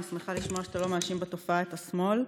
אני שמחה לשמוע שאתה לא מאשים בתופעה את השמאל.